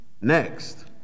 next